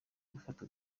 gufata